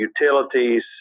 utilities